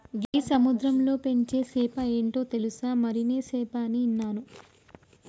గీ సముద్రంలో పెంచే సేప ఏంటో తెలుసా, మరినే సేప అని ఇన్నాను